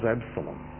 Absalom